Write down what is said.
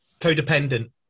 codependent